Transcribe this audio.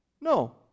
no